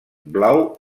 blau